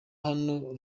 hano